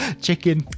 chicken